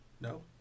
No